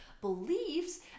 beliefs